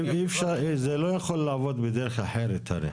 זה לא יכול לעבוד בדרך אחרת, הרי,